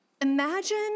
Imagine